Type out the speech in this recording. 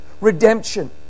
redemption